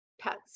pets